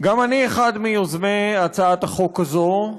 גם אני אחד מיוזמי הצעת החוק הזאת,